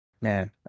man